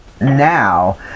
now